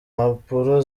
mpapuro